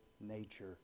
nature